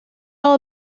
all